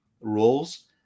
roles